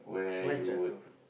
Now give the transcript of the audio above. why is that so